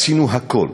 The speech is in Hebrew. עשינו הכול